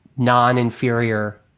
non-inferior